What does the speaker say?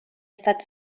estat